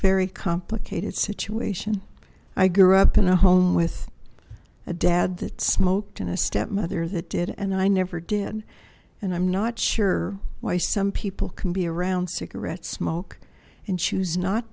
very complicated situation i grew up in a home with a dad that smoked and a stepmother that did and i never did and i'm not sure why some people can be around cigarette smoke and choose not